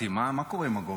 למי שמתפטר,